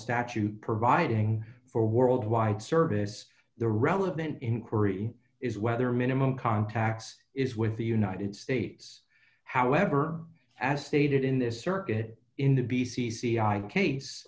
statute providing for worldwide service the relevant inquiry is whether minimum contacts is with the united states however as stated in this circuit in the b c c i case